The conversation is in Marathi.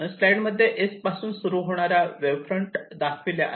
स्लाईड मध्ये S पासून सुरू होणाऱ्या वेव्ह फ्रंट दाखविल्या आहे